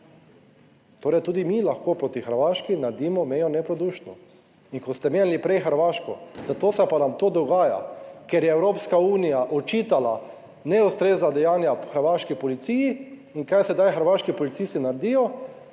Torej, tudi mi lahko proti Hrvaški naredimo mejo neprodušno, in ko ste omenili prej Hrvaško, za to se pa nam to dogaja, ker je Evropska unija očitala neustrezna dejanja hrvaški policiji in kaj sedaj hrvaški policisti naredijo?